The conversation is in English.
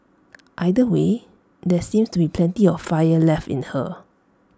either way there seems to be plenty of fire left in her